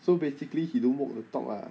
so basically he don't walk the talk ah